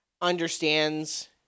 understands